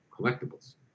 collectibles